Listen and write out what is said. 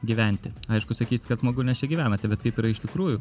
gyventi aišku sakysit kad smagu nes čia gyvenate bet kaip yra iš tikrųjų